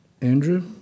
Andrew